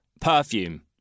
perfume